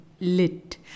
Lit